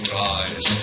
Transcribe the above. rise